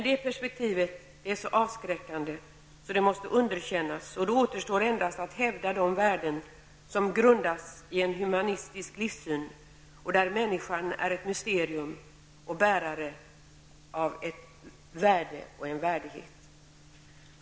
Det perspektivet är så avskräckande att det måste underkännas, och då återstår endast att hävda de värden som grundas i en humanistisk livssyn och där människan är ett mysterium och bärare av ett värde och en värdighet.